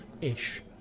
ish